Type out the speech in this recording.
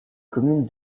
commune